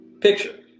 picture